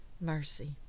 mercy